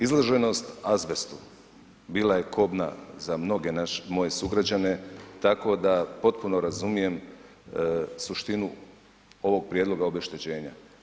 Izloženost azbestu bila je kobna za mnoge naše, moje sugrađane tako da potpuno razumijem suštinu ovog prijedloga obeštećenja.